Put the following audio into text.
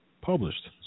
published